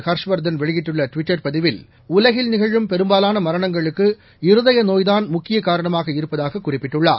ஹர்ஷ்வர்தன் வெளியிடுடுள்ள டுவிட்டர் பதிவில் உலகில் நிகழும் பெரும்பாலான் மரணங்களுக்கு இருதய நோய் தான் முக்கிய காரணமாக இருப்பதாக குறிப்பிட்டுள்ளார்